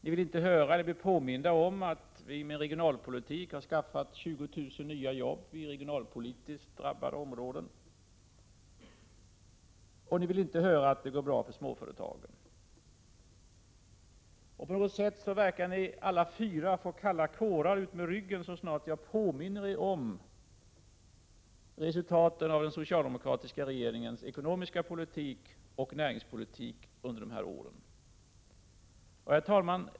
Ni vill inte höra eller bli påminda om att vi med regionalpolitik har skaffat 20 000 nya jobb i regionalpolitiskt drabbade områden. Ni vill inte höra att det går bra för småföretagen. På något sätt verkar ni alla fyra att få kalla kårar utmed ryggen så snart jag påminner er om resultatet av den socialdemokratiska regeringens ekonomiska politik och näringspolitik under de här åren. Herr talman!